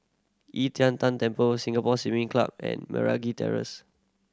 E Tian Tan Temple Singapore Swimming Club and Meragi Terrace